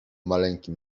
maleńkim